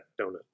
donut